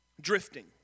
drifting